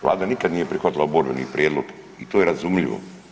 Vlada nikad nije prihvatila oporbeni prijedlog i to je razumljivo.